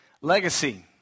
legacy